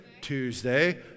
Tuesday